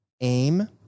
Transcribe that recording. aim